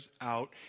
out